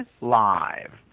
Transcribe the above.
Live